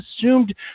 assumed